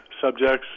subjects